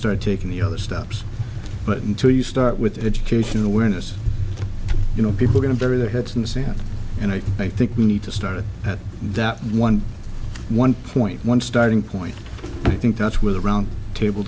start taking the other steps but until you start with education awareness you know people going to bury their heads in the sand and i think we need to start at that one one point one starting point i think that's where the round table